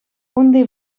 унти